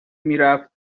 میرفت